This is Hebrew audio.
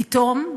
פתאום,